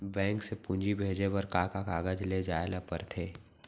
Bank से पूंजी भेजे बर का का कागज ले जाये ल पड़थे?